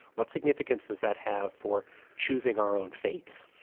what significance does that have for choosing our own fates?